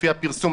לפי הפרסום,